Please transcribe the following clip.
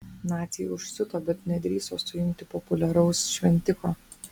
naciai užsiuto bet nedrįso suimti populiaraus šventiko